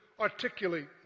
articulate